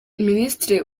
minisitiri